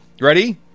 Ready